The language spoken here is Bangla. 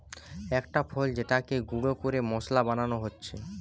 একটা ফল যেটাকে গুঁড়ো করে মশলা বানানো হচ্ছে